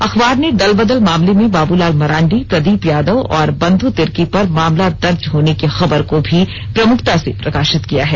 अखबार ने दल बदल मामले में बाबलाल मरांडी प्रदीप यादव और बंध तिर्की पर मामला दर्ज होने की खबर को भी प्रमुखता से प्रकाशित किया है